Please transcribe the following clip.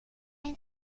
and